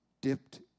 dipped